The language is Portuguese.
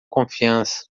confiança